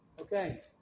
Okay